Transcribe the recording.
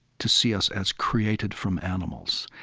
to see us as created from animals.